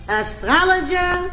astrologer